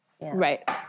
Right